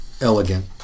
elegant